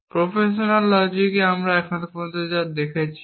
professional লজিকে আমরা এখন পর্যন্ত যা দেখেছি